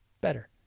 better